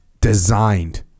designed